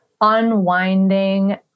unwinding